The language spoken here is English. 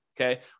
okay